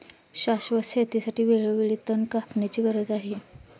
शाश्वत शेतीसाठी वेळोवेळी तण कापण्याची गरज आहे